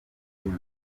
kuko